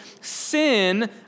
sin